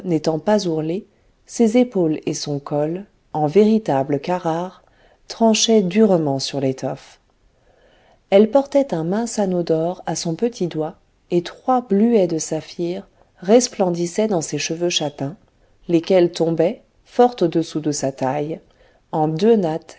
n'étant pas ourlée ses épaules et son col en véritable carrare tranchaient durement sur l'étoffe elle portait un mince anneau d'or à son petit doigt et trois bluets de saphirs resplendissaient dans ses cheveux châtains lesquels tombaient fort au-dessous de sa taille en deux nattes